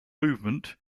movement